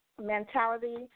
mentality